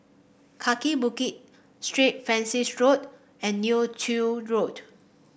Kaki Bukit Street Francis Road and Neo Tiew Road